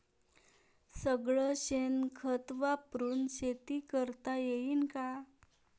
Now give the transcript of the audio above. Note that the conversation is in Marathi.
सगळं शेन खत वापरुन शेती करता येईन का?